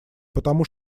потому